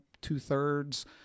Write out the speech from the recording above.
two-thirds